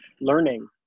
learning